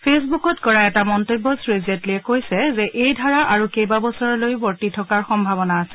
ফেচবুকত কৰা এটা মন্তব্যত শ্ৰীজেট্লীয়ে কৈছে যে এই ধাৰা আৰু কেইবাবছৰলৈও বৰ্তি থকাৰ সম্ভাৱনা আছে